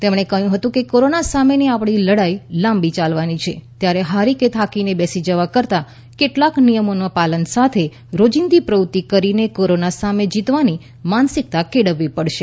તેમણે કહ્યું કે કોરોના સામેની આપણી લડાઈ લાંબી ચાલવાની છે ત્યારે હારે કે થાકીને બેસી જવા કરતાં કેટલાક નિયમોના પાલન સાથે રોજીંદી પ્રવૃત્તિઓ કરીને કોરોના સામે જીતવાની માનસીકતા કેળવવી પડશે